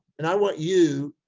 and i want you,